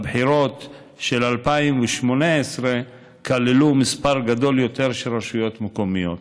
הבחירות של 2018 כללו מספר גדול יותר של רשויות מקומיות.